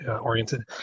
oriented